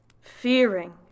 fearing